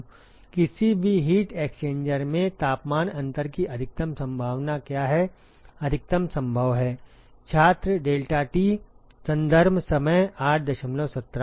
किसी भी heat exchanger में तापमान अंतर की अधिकतम संभावना क्या है अधिकतम संभव है